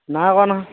নাই কৰা নহয়